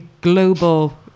global